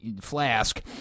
flask